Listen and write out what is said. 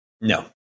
No